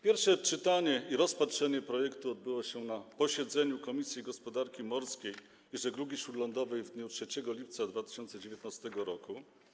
Pierwsze czytanie i rozpatrzenie projektu odbyło się na posiedzeniu Komisji Gospodarki Morskiej i Żeglugi Śródlądowej w dniu 3 lipca 2019 r.